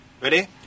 Ready